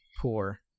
poor